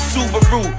Subaru